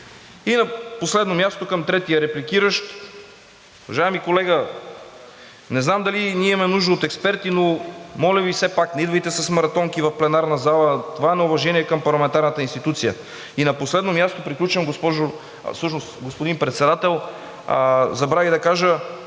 И на последно място, към третия репликиращ. Уважаеми колега, не знам дали ние имаме нужда от експерти, но моля Ви, все пак не идвайте с маратонки в пленарната зала. Това е неуважение към парламентарната институция. И на последно място, приключвам, господин Председател, забравих да кажа: